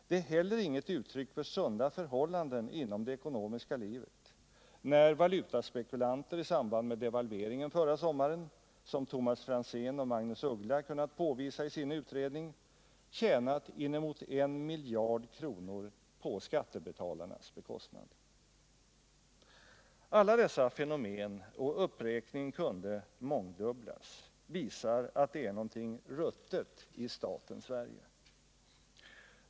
Det är heller inget uttryck för sunda förhållanden inom det ekonomiska livet, när valutaspekulanter i samband med devalveringen förra sommaren, som Thomas Franzén och Magnus Uggla kunnat påvisa i sin utredning, tjänat inemot 1 miljard kronor på skattebetalarnas bekostnad. Alla desa fenomen — och uppräkningen kunde mångdubblas — visar att det är någonting ruttet i staten Sverige.